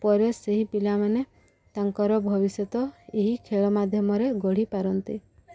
ପରେ ସେହି ପିଲାମାନେ ତାଙ୍କର ଭବିଷ୍ୟତ ଏହି ଖେଳ ମାଧ୍ୟମରେ ଗଢ଼ିପାରନ୍ତି